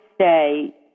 say